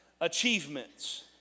achievements